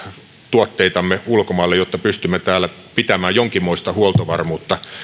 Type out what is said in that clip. tuotteitamme ulkomaille jotta pystymme täällä pitämään jonkinmoista huoltovarmuutta